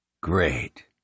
Great